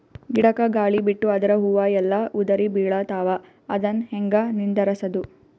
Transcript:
ಗಿಡಕ, ಗಾಳಿ ಬಿಟ್ಟು ಅದರ ಹೂವ ಎಲ್ಲಾ ಉದುರಿಬೀಳತಾವ, ಅದನ್ ಹೆಂಗ ನಿಂದರಸದು?